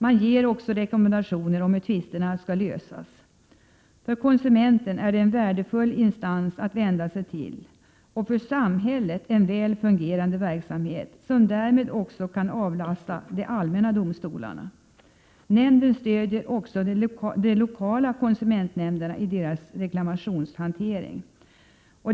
Man ger också rekommendationer om hur tvisterna bör lösas. För konsumenten är det en värdefull instans att vända sig till och för samhället en väl fungerande verksamhet som kan avlasta de allmänna domstolarna. Nämnden stöder också de lokala konsumentnämnderna i deras reklamationshantering.